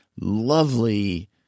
lovely